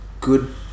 good